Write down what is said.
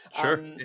sure